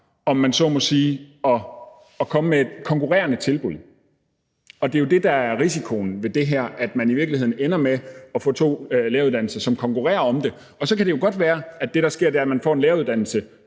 om man så må sige, og komme med et konkurrerende tilbud. Det er jo det, der er risikoen ved det her, altså at man i virkeligheden ender med at få to læreruddannelser, som konkurrerer om det. Så kan det jo godt være, at det, der sker, er, at man får en læreruddannelse